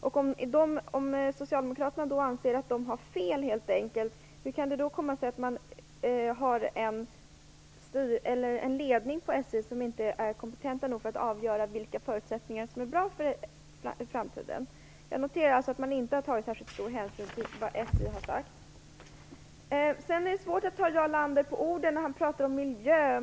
Om socialdemokraterna anser att SJ helt enkelt har fel, hur kan det då komma sig att man har en ledning på SJ som inte är kompetent nog att avgöra vilka förutsättningar som är bra för framtiden? Jag noterar att man inte har tagit särskilt stor hänsyn till det SJ har sagt. Det är svårt att ta Jarl Lander på orden när han pratar om miljö.